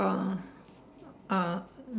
ah ah